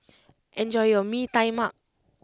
enjoy your Mee Tai Mak